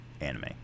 anime